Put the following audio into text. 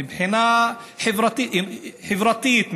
מבחינה חברתית,